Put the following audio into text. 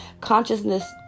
Consciousness